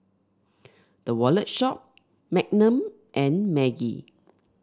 The Wallet Shop Magnum and Maggi